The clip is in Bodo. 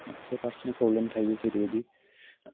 माखासे पार्सेनेल प्रब्लेम थायो जेरैबायदि